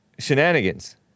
Shenanigans